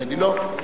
אדוני היושב-ראש,